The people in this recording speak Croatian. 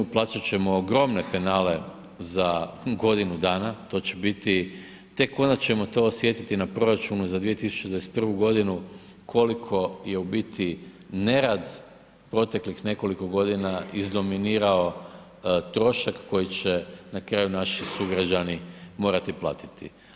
Plaćat ćemo ogromne penale za godinu dana to će biti, tek onda ćemo to osjetiti na proračunu za 2021. godinu koliko je u biti nerad proteklih nekoliko godina izdominirao trošak koji će nakraju naši sugrađani morati platiti.